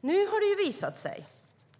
Nu har det visat sig